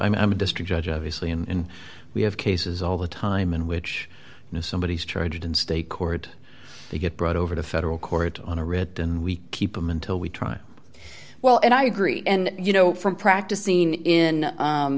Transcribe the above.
mean district judge obviously and we have cases all the time in which you know somebody is charged in state court they get brought over to federal court on a writ and we keep them until we try well and i agree and you know from practicing in